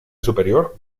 superior